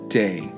day